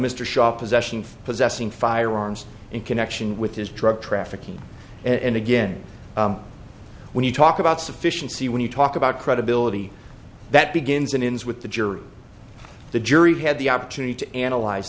mr shop possession for possessing firearms in connection with his drug trafficking and again when you talk about sufficiency when you talk about credibility that begins and ends with the jury the jury had the opportunity to analyze